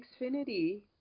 Xfinity